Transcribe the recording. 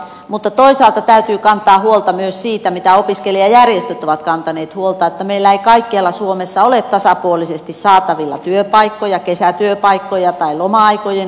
mutta toisaalta täytyy kantaa huolta myös siitä mistä opiskelijajärjestöt ovat kantaneet huolta että meillä ei kaikkialla suomessa ole tasapuolisesti saatavilla työpaikkoja kesätyöpaikkoja tai loma aikojen työpaikkoja